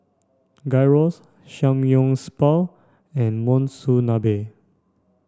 Gyros Samgyeopsal and Monsunabe